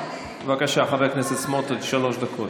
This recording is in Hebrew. בבקשה, חבר הכנסת סמוטריץ', שלוש דקות.